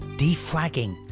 defragging